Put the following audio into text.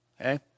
okay